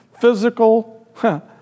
Physical